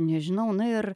nežinau na ir